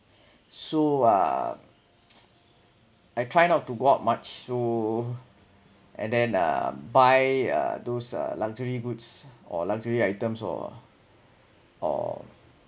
so uh I try not to go out much so and then uh buy uh those uh luxury goods or luxury items all ah or